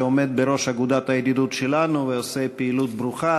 שעומד בראש אגודת הידידות שלנו ועושה פעילות ברוכה,